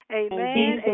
amen